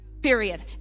period